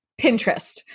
Pinterest